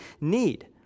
need